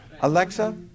Alexa